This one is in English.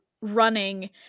running